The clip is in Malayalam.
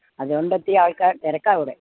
അതുകൊണ്ട് ഒത്തിരി ആൾക്കാർ തിരക്കാണ് ഇവിടെ